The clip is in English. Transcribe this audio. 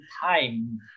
time